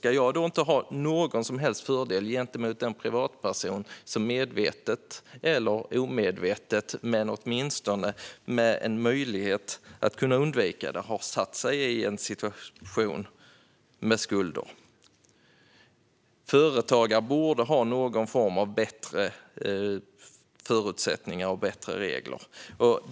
Ska jag då inte ha någon som helst fördel gentemot den privatperson som, medvetet eller omedvetet men åtminstone med en möjlighet att undvika det, har satt sig i en situation med skulder? Företagare borde ha någon form av bättre förutsättningar och bättre regler.